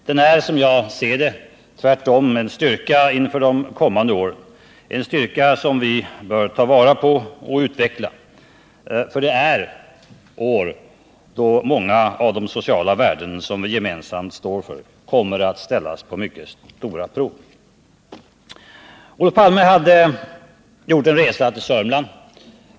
Den är, som jag ser det, tvärtom en styrka inför de kommande åren, en styrka som vi bör ta vara på och utveckla, för det är år då många av de sociala värden som vi gemensamt står för kommer att ställas på mycket stora prov. Olof Palme hade gjort en resa till Sörmland.